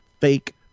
Fake